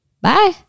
Bye